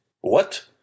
What